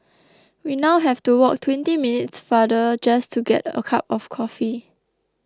we now have to walk twenty minutes farther just to get a cup of coffee